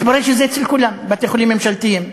מתברר שזה אצל כולם, בתי-חולים ממשלתיים.